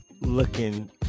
looking